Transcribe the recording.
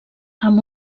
amb